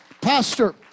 Pastor